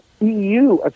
EU